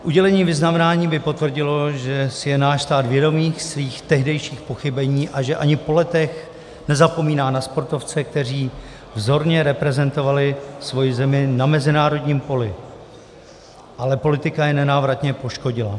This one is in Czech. Udělení vyznamenání by potvrdilo, že si je náš stát vědomý svých tehdejších pochybení a že ani po letech nezapomíná na sportovce, kteří vzorně reprezentovali svoji zemi na mezinárodním poli, ale politika je nenávratně poškodila.